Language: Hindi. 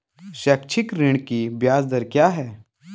शैक्षिक ऋण की ब्याज दर क्या है?